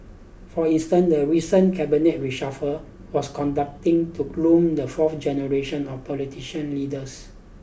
for instance the recent cabinet reshuffle was conducting to groom the fourth generation of politician leaders